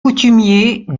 coutumier